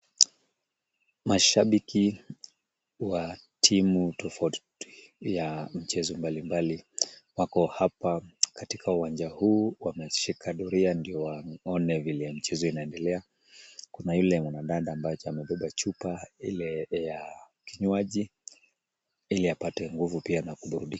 Mashabiki wa timu tofauti tofauti ya michezo mbali mbali wako hapa katika uwanja huu wameshika doria ndio waone vile mchezo inaendelea. Kuna yule mwanadada ambaye amebeba chupa ile ya kinywaji ili apate nguvu pia na kuburudika.